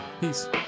peace